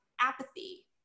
apathy